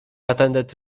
attended